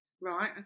Right